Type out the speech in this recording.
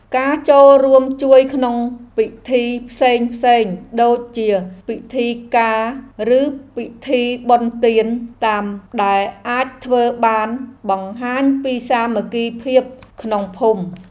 ការចូលរួមជួយក្នុងពិធីផ្សេងៗដូចជាពិធីការឬពិធីបុណ្យទានតាមដែលអាចធ្វើបានបង្ហាញពីសាមគ្គីភាពក្នុងភូមិ។